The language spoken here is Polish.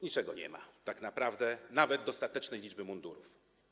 Niczego nie ma tak naprawdę, nawet dostatecznej liczby mundurów.